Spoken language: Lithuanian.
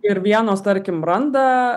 ir vienos tarkim randa